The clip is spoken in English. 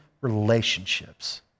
relationships